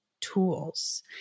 tools